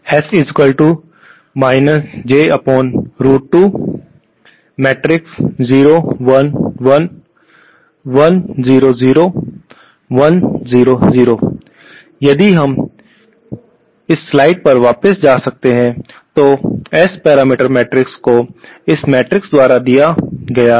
यदि हम कृपया अपनी स्लाइड्स पर वापस जा सकते हैं तो एस पैरामीटर मैट्रिक्स को इस मैट्रिक्स द्वारा दिया गया है